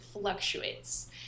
fluctuates